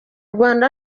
rwanda